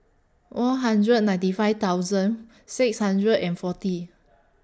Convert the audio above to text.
four hundred and ninety five thousand six hundred and forty